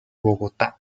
bogotá